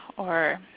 or